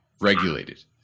regulated